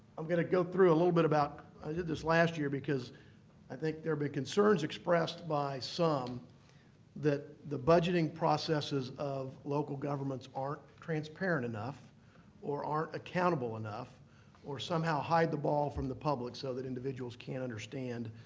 i'm going to go through a little bit about i did this last year because i think there have been concerns expressed by some that the budgeting processes of local governments aren't transparent enough or aren't accountable enough or somehow hide the ball from the public so that individuals can't understand